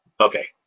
Okay